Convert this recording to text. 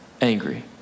angry